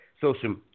social